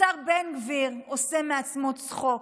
השר בן גביר עושה מעצמו צחוק.